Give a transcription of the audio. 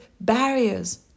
barriers